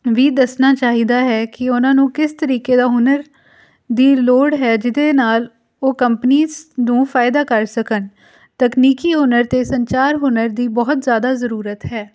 ਵੀ ਦੱਸਣਾ ਚਾਹੀਦਾ ਹੈ ਕਿ ਉਹਨਾਂ ਨੂੰ ਕਿਸ ਤਰੀਕੇ ਦਾ ਹੁਨਰ ਦੀ ਲੋੜ ਹੈ ਜਿਹਦੇ ਨਾਲ ਉਹ ਕੰਪਨੀਸ ਨੂੰ ਫਾਇਦਾ ਕਰ ਸਕਣ ਤਕਨੀਕੀ ਹੁਨਰ ਅਤੇ ਸੰਚਾਰ ਹੁਨਰ ਦੀ ਬਹੁਤ ਜ਼ਿਆਦਾ ਜ਼ਰੂਰਤ ਹੈ